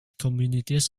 communities